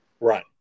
Right